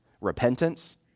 repentance